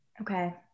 okay